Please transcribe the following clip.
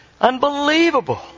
Unbelievable